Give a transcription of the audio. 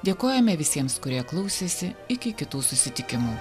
dėkojame visiems kurie klausėsi iki kitų susitikimų